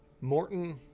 Morton